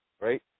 right